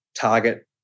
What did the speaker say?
target